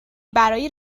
برای